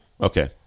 Okay